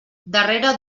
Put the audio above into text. darrere